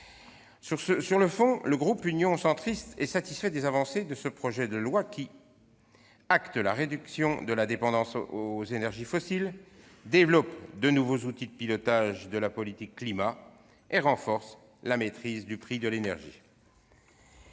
Sur le fond, le groupe Union Centriste est satisfait des avancées contenues dans ce projet de loi, qui entérine la réduction de la dépendance aux énergies fossiles, développe de nouveaux outils de pilotage de la politique climatique et renforce la maîtrise du prix de l'énergie.